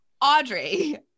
Audrey